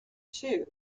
too